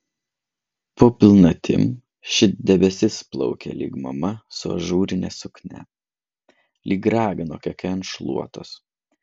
po pilnatim šit debesis plaukė lyg mama su ažūrine suknia lyg ragana kokia ant šluotos